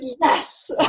yes